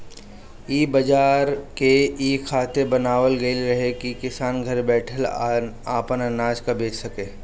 इ बाजार के इ खातिर बनावल गईल रहे की किसान घर बैठल आपन अनाज के बेचा सके